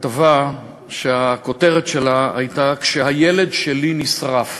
הכתבה שהכותרת שלה הייתה: "כשהילד שלי נשרף".